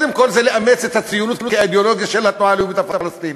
קודם כול זה לאמץ את הציונות כאידיאולוגיה של התנועה הלאומית הפלסטינית.